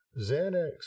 Xanax